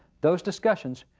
those discussions,